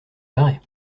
paraît